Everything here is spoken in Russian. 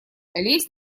лезь